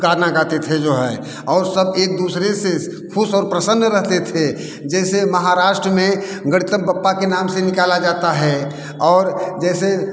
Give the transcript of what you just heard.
गाना गाते थे जो है और सब एक दूसरे से ख़ुश और प्रसन्न रहते थे जैसे महाराष्ट्र में गणपति बप्पा के नाम से निकाला जाता है और जैसे